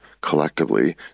collectively